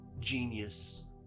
genius